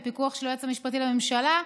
בפיקוח של היועץ המשפטי לממשלה,